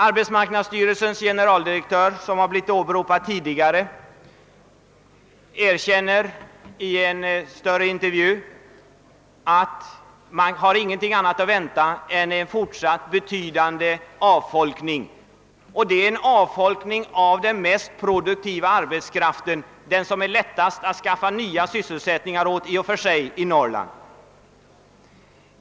Arbétsmarknadsstyrelsens generaldirektör, som blivit åberopad tidigare, erkänner i en större intervju att vi inte har något annat att vänta än en fortsatt betydande avfolkning av norra Sverige. Det är en avfolkning av den mest produktiva arbetskraften, den som det är lättast att skaffa ny sysselsättning åt även i Norrland.